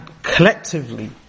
collectively